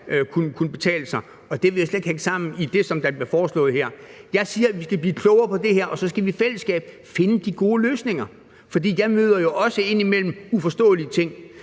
kunne betale sig, og det vil jo slet ikke hænge sammen med det, som der bliver foreslået her. Jeg siger, at vi skal blive klogere på det her, og så skal vi i fællesskab finde de gode løsninger. Jeg støder jo indimellem også på uforståelige ting,